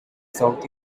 south